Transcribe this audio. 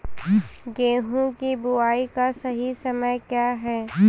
गेहूँ की बुआई का सही समय क्या है?